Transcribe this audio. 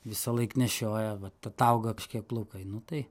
visąlaik nešiojo vat atauga kažkiek plaukai nu tai